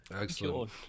Excellent